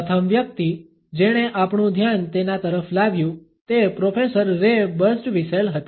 પ્રથમ વ્યક્તિ જેણે આપણું ધ્યાન તેના તરફ લાવ્યું તે પ્રોફેસર રે બર્સ્ડવિસેલ હતા